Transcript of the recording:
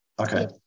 okay